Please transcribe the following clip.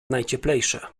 najcieplejsze